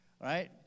Right